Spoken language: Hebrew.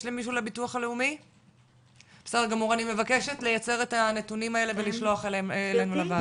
אני מבקשת לייצר את הנתונים האלה ולשלוח אלינו לוועדה.